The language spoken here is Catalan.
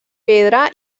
pedra